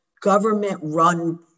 government-run